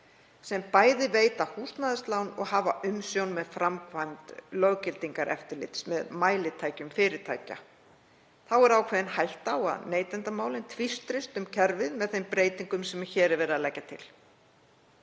sem bæði veita húsnæðislán og hafa umsjón með framkvæmd löggildingareftirlits með mælitækjum fyrirtækja. Þá er ákveðin hætta á að neytendamálin tvístrist um kerfið með þeim breytingum sem hér er verið að leggja til.“